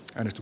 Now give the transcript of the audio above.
risto